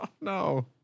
No